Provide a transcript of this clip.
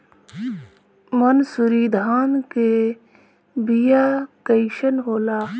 मनसुरी धान के बिया कईसन होला?